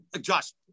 Josh